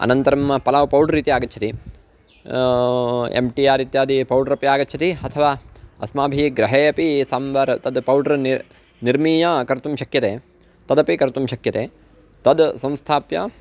अनन्तरं पलाव् पौडर् इति आगच्छति एम् टि आर् इत्यादि पौडर् अपि आगच्छति अथवा अस्माभिः गृहे अपि सम्बर् तत् पौडर् निर् निर्मीया कर्तुं शक्यते तदपि कर्तुं शक्यते तत् संस्थाप्य